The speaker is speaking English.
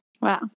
Wow